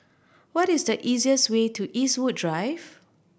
what is the easiest way to Eastwood Drive